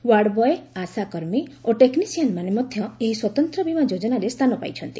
ward boy ଆଶାକର୍ମୀ ଓ ଟେକ୍ଟିସିଆନ୍ମାନେ ମଧ୍ୟ ଏହି ସ୍ୱତନ୍ତ ବୀମା ଯୋଜନାରେ ସ୍ଥାନ ପାଇଛନ୍ତି